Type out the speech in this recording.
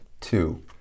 two